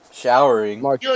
Showering